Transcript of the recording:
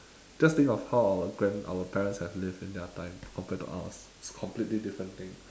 just think of how our grand~ our parents have lived in their time compared to ours it's completely different thing